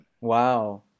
Wow